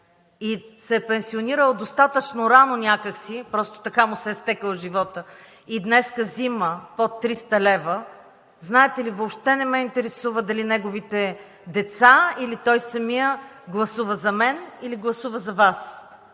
и се е пенсионирал достатъчно рано някак си, просто така му се е стекъл животът, и днес взима под 300 лв., знаете ли, въобще не ме интересува дали неговите деца или той самият гласува за мен, или гласува за Вас.